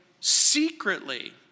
secretly